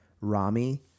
Rami